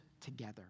together